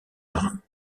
marin